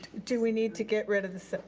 do we need to get rid of the,